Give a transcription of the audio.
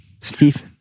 Stephen